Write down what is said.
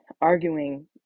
arguing